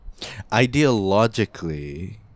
Ideologically